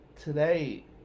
Today